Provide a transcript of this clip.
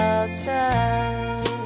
outside